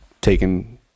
taken